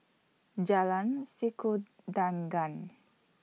Jalan Sikudangan